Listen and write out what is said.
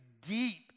deep